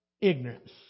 ignorance